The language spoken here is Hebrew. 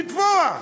לתפוח.